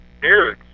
dude